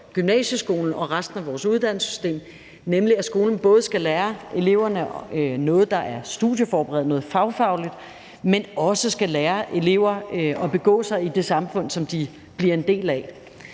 op til alle delene af formålsparagraffen, nemlig at skolen både skal lære eleverne noget, der er studieforberedende, noget fagfagligt, men også skal lære eleverne at begå sig i det samfund, som de bliver en del af.